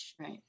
Right